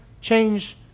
change